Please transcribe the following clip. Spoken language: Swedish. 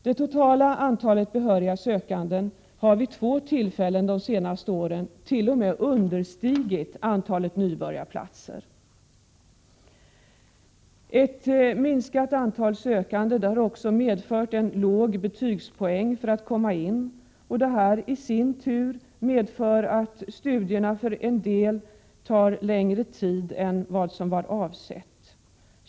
Det totala antalet behöriga sökande har vid två tillfällen de senaste åren t.o.m. understigit antalet nybörjarplatser. Ett minskat antal sökande har också medfört en låg betygspoäng för att komma in, och detta medför i sin tur att studierna för en del tar längre tid än vad som var avsett.